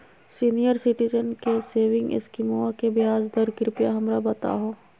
senior citizen के saving स्कीमवा के ब्याज दर कृपया हमरा बताहो